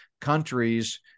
countries